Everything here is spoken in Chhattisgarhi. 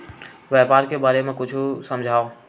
व्यापार के बारे म कुछु समझाव?